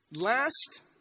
Last